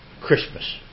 Christmas